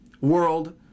World